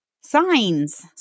signs